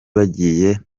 bagiye